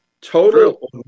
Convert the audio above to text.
total